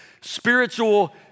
spiritual